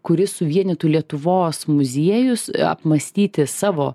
kuris suvienytų lietuvos muziejus apmąstyti savo